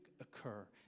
occur